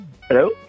Hello